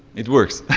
it works.